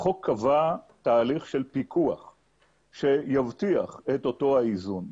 החוק קבע תהליך של פיקוח שיבטיח את אותו האיזון,